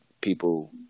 people